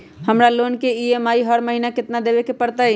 हमरा लोन के ई.एम.आई हर महिना केतना देबे के परतई?